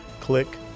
Click